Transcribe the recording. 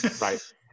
Right